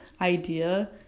idea